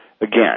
again